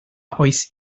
oes